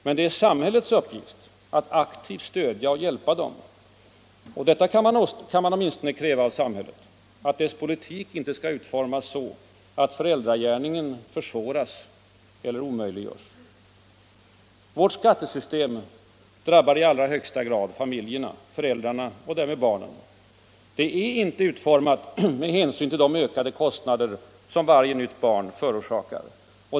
Men det är samhällets uppgift att aktivt stödja och hjälpa dem. Och detta kan man åtminstone kräva av samhället, att dess politik inte skall utformas så att föräldragärningen försvåras eller omöjliggörs. Vårt skattesystem drabbar i allra högsta grad familjerna, föräldrarna och därmed barnen. Det är inte utformat med hänsyn till de ökade kostnader varje barn förorsakar.